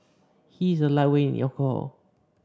he is a lightweight in alcohol